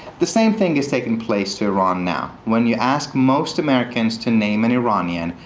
the same thing is taking place to iran now. when you ask most americans to name an iranian,